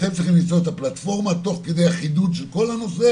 אתם צריכים למצוא את הפלטפורמה תוך כדי החידוד של כל הנושא.